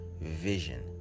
vision